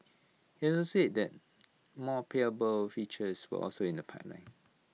he also said that more payable features were also in the pipeline